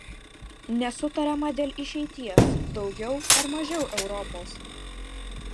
nesutariama dėl išeities daugiau ar mažiau europos